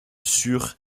sûr